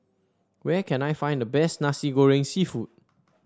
where can I find the best Nasi Goreng seafood